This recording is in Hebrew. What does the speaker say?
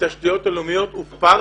התשתיות הלאומיות, זאת פרסה.